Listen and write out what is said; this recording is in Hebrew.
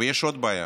ויש עוד בעיה.